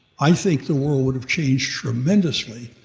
i think the world would have changed tremendously.